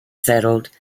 settled